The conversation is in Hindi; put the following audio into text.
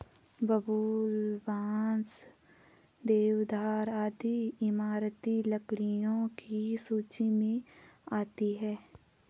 बबूल, बांस, देवदार आदि इमारती लकड़ियों की सूची मे आती है